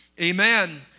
Amen